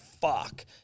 fuck